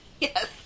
Yes